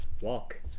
walk